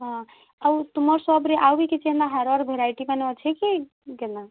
ହଁ ଆଉ ତୁମ ସପ୍ରେ ଆଉ ବି କିଛି ଏନ୍ତା ହାରର ଭେରାଇଟି ମାନେ ଅଛେ କି କେନା